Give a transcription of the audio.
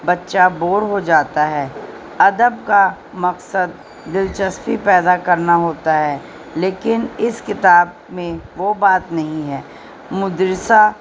بچہ بور ہو جاتا ہے ادب کا مقصد دلچسپی پیدا کرنا ہوتا ہے لیکن اس کتاب میں وہ بات نہیں ہے مدرسہ